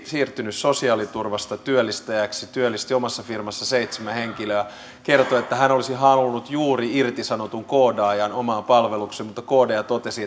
siirtynyt sosiaaliturvalta työllistäjäksi työllisti omassa firmassaan seitsemän henkilöä hän kertoi että olisi halunnut juuri irtisanotun koodaajaan palvelukseensa mutta koodaaja totesi